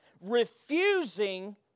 Refusing